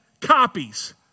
copies